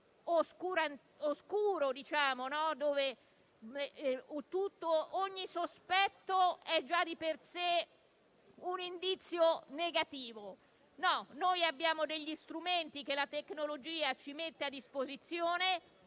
oscuro, dove un sospetto è già di per sé un indizio negativo. Noi abbiamo gli strumenti che la tecnologia ci mette a disposizione